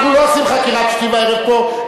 אנחנו לא עושים חקירת שתי וערב פה.